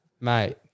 Mate